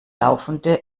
laufende